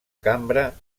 cambra